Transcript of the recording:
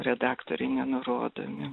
redaktoriai nenurodomi